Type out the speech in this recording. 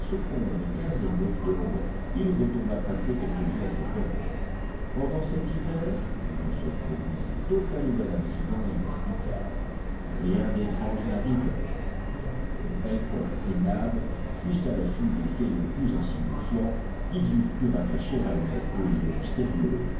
seconde quinzaine d'octobre il retourna passer quelques jours au corral pendant cet hiver il ne se produisit aucun nouvel incident inexplicable rien d'étrange n'arriva bien que pencroff et nab fussent à l'affût des faits les plus insignifiants qu'ils eussent pu rattacher à une cause mystérieuse